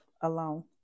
alone